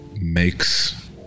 makes